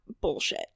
bullshit